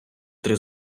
три